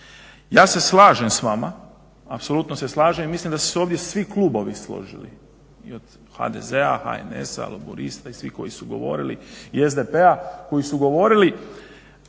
Ja se slažem s vama apsolutno se slažem i mislim da su se ovdje svi klubovi složili i od HDZ-a, HNS-a, laburista i svih koji su govorili i SDP-a koji su govorili